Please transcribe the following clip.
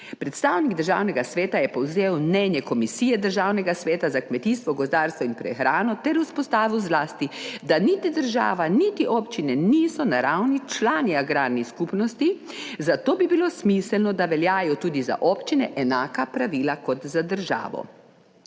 Predstavnik Državnega sveta je povzel mnenje Komisije Državnega sveta za kmetijstvo, gozdarstvo in prehrano ter izpostavil zlasti, da niti država niti občine niso naravni člani agrarnih skupnosti, zato bi bilo smiselno, da veljajo tudi za občine enaka pravila kot za državo.